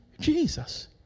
Jesus